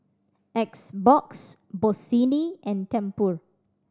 X Box Bossini and Tempur